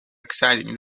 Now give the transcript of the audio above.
exciting